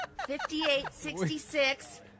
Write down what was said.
5866